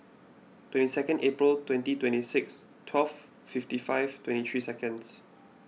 twenty two Aprill twenty twenty six twelve fifty five twenty three seconds